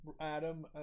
Adam